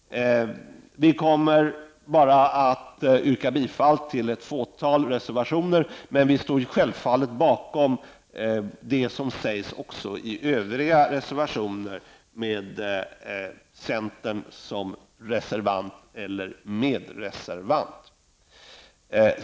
Vi kommer bara att yrka bifall till ett fåtal reservationer, men vi står självfallet bakom det som sägs också i övriga reservationer med centern som reservant eller medreservant.